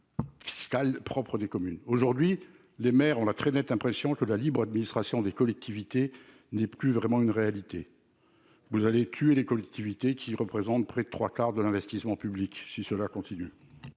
ressources. Propres des communes aujourd'hui, les maires ont la très nette impression que la libre administration des collectivités n'est plus vraiment une réalité vous allez tuer les collectivités qui représente près de 3 quarts de l'investissement public, si cela continue.